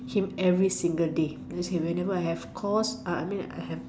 him every single day then I say whenever I have course uh I mean I have